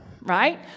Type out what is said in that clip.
right